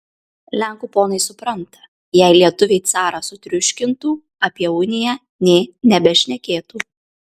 lenkų ponai supranta jei lietuviai carą sutriuškintų apie uniją nė nebešnekėtų